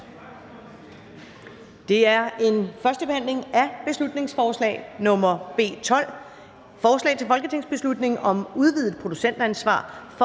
er: 26) 1. behandling af beslutningsforslag nr. B 12: Forslag til folketingsbeslutning om udvidet producentansvar for